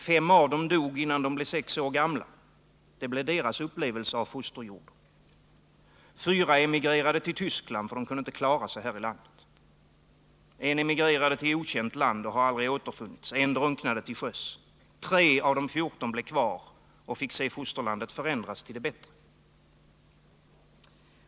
Fem av dem dog innan de blev sex år gamla — det blev deras upplevelse av fosterjorden. Fyra emigrerade till Tyskland, för de kunde inte klara sig här i landet. En emigrerade till okänt land och har aldrig återfunnits. En drunknade till sjöss. Tre av de 14 blev kvar och fick se fosterlandet förändras till det bättre.